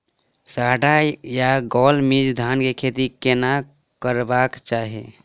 साढ़ा या गौल मीज धान केँ खेती कऽ केना बरबाद करैत अछि?